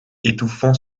étouffant